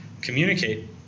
communicate